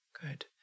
Good